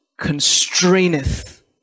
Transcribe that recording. constraineth